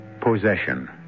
possession